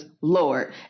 Lord